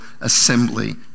assembly